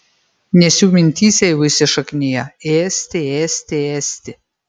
nes jų mintyse jau įsišakniję ėsti ėsti ėsti